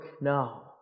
now